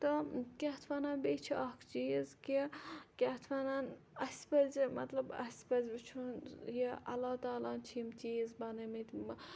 تہٕ کیاہ اَتھ وَنان بیٚیہِ چھُ اَکھ چیٖز کہِ کیا اَتھ وَنان اَسہِ پَزِ مَطلَب اَسہِ پَزِ وٕچھُن یہِ اللہ تعالٰی ہَن چھِ یِم چیٖز بَنٲے مٕتۍ